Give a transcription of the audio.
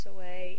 away